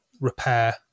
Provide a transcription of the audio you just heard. repair